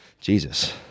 Jesus